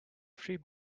three